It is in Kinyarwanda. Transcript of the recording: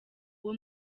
uwo